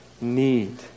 Need